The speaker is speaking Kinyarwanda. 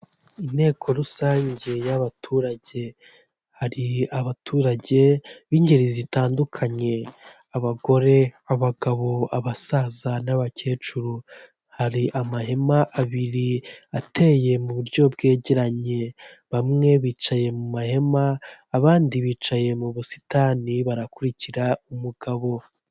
Inteko rusangege y'abaturage, hari abaturage b'ingeri zitandukanye; abagore, abagabo, abasaza n'abakecuru. Hari amahema abiri ateye mu buryo bwegeranye, bamwe bicaye mu mahema abandi bicaye mu busitani barakurikira umugabo.